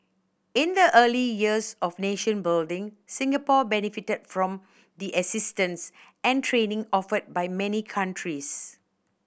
in the early years of nation building Singapore benefited from the assistance and training offered by many countries